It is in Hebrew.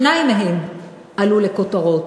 שניים מהם עלו לכותרות,